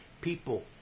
people